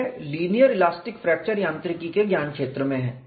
यह linear elastic fracture यांत्रिकी के ज्ञानक्षेत्र में है